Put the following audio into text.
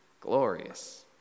glorious